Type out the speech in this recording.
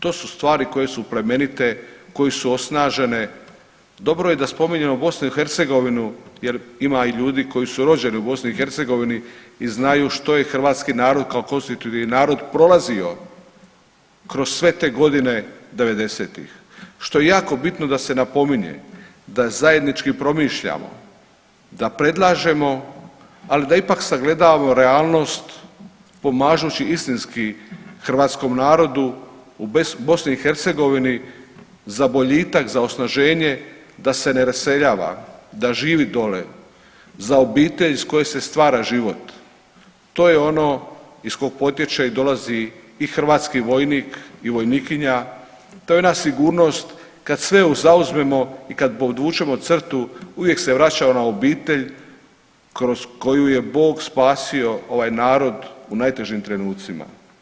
To su stvari koje su plemenite, koje su osnažene, dobro je da spominjemo BiH, jer ima i ljudi koji su rođeni u BiH i znaju što je hrvatski narod kao konstitutivni narod prolazio kroz sve te godine 90-ih, što je jako bitno da se napominje da zajednički promišljamo, da predlažemo, ali da ipak sagledavamo realnost pomažući istinski hrvatskom narodu u BiH za boljitak, za osnaženje, da se ne raseljava, da živi dole, za obitelj s koje stvara život, to je ono iz kog potječe i dolazi i hrvatski vojnik i vojnikinja, to je jedna sigurnost, kad sve u zauzmemo i kad podvučemo crtu, uvijek se vraća ona obitelj kroz koju je Bog spasio ovaj narod u najtežim trenucima.